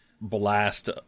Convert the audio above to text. blast